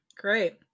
Great